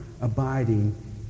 abiding